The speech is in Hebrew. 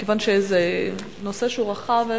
כיוון שזה נושא רחב.